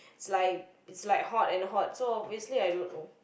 it's like it's like hot and hot so obviously I don't know